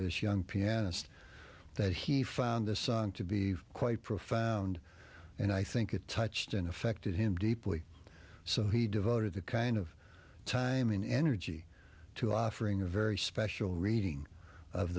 this young pianist that he found this song to be quite profound and i think it touched an affected him deeply so he devoted that kind of time and energy to offering a very special reading of